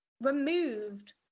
removed